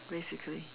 basically